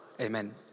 Amen